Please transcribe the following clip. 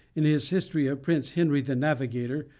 in his history of prince henry the navigator,